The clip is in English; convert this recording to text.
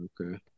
Okay